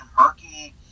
murky